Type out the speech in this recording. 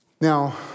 Now